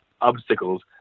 Obstacles